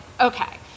okay